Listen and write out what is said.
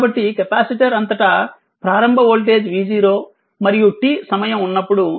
కాబట్టి కెపాసిటర్ అంతటా ప్రారంభ వోల్టేజ్ v0 మరియు t సమయం ఉన్నప్పుడు ఇది v